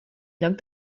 lloc